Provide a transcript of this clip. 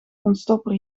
ontstopper